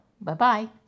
Bye-bye